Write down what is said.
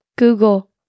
google